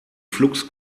flux